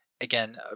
again